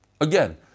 Again